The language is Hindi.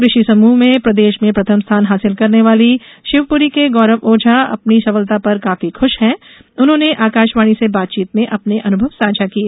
कृषि समृह में प्रदेश में प्रथम स्थान हासिल करने वाले शिवपुरी के गौरव ओझा अपनी सफलता पर काफी खुश है उन्होंने आकाशवाणी से बातचीत में अपने अनुभव साझा किए